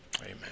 Amen